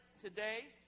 today